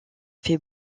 fait